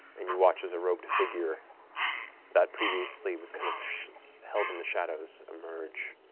and you watch as a robed figure that previously was kind of held in the shadows emerge.